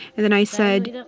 and then i said,